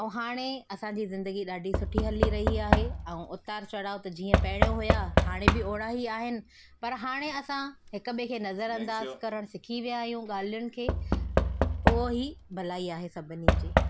ऐं हाणे असांजी ज़िंदगी ॾाढी सुठी हली रही आहे ऐं उतार चढ़ाव त जीअं पहिरियों हुआ हाणे बि अहिड़ा ई आहिनि पर हाणे असां हिकु ॿिए खे नज़रअंदाज़ करणु सिखी विया आहियूं ॻाल्हियुनि खे उहो ई भलाई आहे सभिनीनि जी